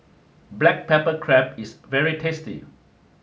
black pepper crab is very tasty